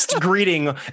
greeting